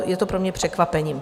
Je to pro mě překvapením.